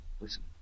Listen